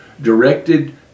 directed